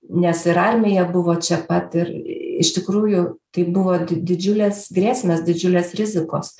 nes ir armija buvo čia pat ir iš tikrųjų tai buvo di didžiulės grėsmės didžiulės rizikos